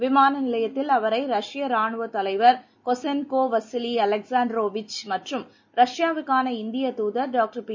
விமான நிலையத்தில் அவரை ரஷ்ய ராணுவ தலைவர் கொசென்கோ வசிலி அலெக்சாண்ட்ரோவிச் மற்றும் ரஷ்யாவிற்கான இந்திய தூதர் டாகட்ர் பி